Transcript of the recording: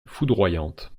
foudroyante